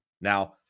Now